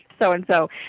so-and-so